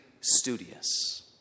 studious